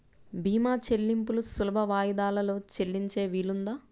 భీమా చెల్లింపులు సులభ వాయిదాలలో చెల్లించే వీలుందా?